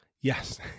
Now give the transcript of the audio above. Yes